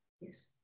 yes